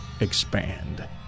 expand